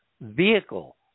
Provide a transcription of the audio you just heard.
vehicle